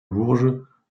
bourges